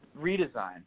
redesign